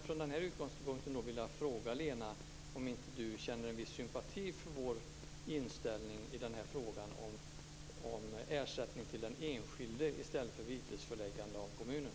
Från denna utgångspunkt vill jag fråga Lena Olsson om inte hon känner en viss sympati för vår inställning i frågan om ersättning till den enskilde i stället för vitesföreläggande av kommuner.